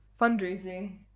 fundraising